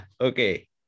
okay